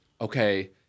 okay